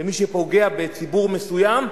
ומי שפוגע בציבור מסוים,